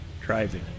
Driving